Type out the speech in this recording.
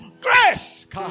Grace